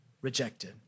rejected